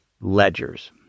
ledgers